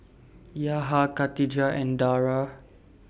Yaha Katijah and Dara